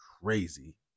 crazy